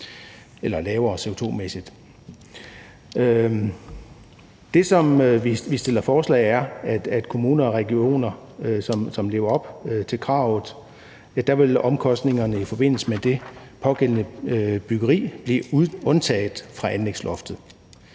eller lavere rent CO2-mæssigt. Det, som vi stiller forslag om, er, at for kommuner og regioner, som lever op til kravene, vil omkostningerne i forbindelse med det pågældende byggeri blive undtaget fra anlægsloftet.